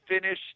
finish